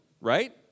Right